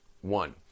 one